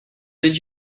did